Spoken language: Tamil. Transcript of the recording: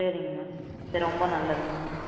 சரிங்மா சரி ரொம்ப நல்லதுங்கமா